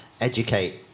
educate